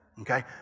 Okay